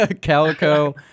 Calico